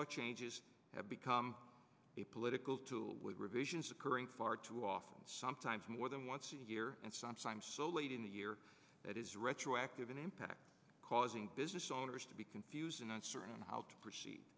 law changes have become a political tool with revisions occurring far too often sometimes more than once a year and sometimes so late in the year that is retroactive an impact causing business owners to be confused and uncertain how to proceed